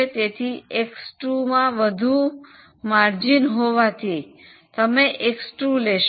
તેથી એક્સ 2 માં વધુ ગાળો હોવાથી તમે એક્સ 2 લેશો